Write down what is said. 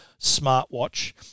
smartwatch